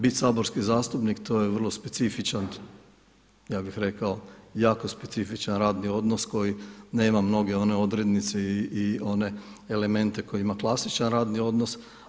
Biti saborski zastupnik to je vrlo specifičan, ja bih rekao jako specifičan radni odnos koji nema mnoge one odrednice i one elemente koje ima klasičan radni odnos.